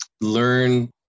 learn